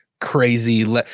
crazy –